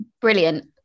Brilliant